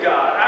God